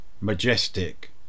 majestic